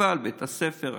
אבל בית הספר,